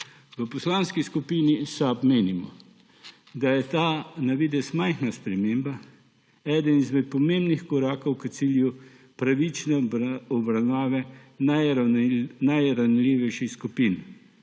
V Poslanski skupini SAB menimo, da je ta na videz majhna sprememba eden izmed pomembnih korakov k cilju pravične obravnave najranljivejših skupin,